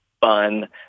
fun